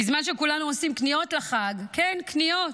בזמן שכולנו עושים קניות לחג, כן, קניות,